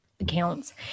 accounts